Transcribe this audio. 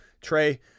Trey